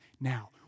now